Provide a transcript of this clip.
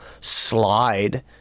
slide